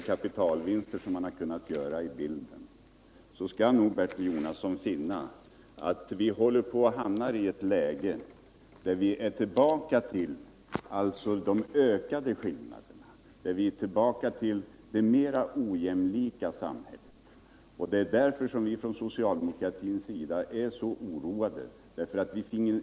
de kapitalvinster som har kunnat göras, så kommer han nog att finna att vi är på väg mot ökade skillnader, ett mer ojämlikt samhälle. Det är därför som vi från socialdemokratin är så oroade.